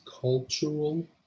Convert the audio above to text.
cultural